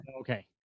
Okay